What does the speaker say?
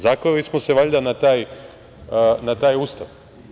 Zakleli smo se valjda na taj Ustav.